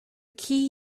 key